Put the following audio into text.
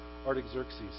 Artaxerxes